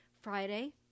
Friday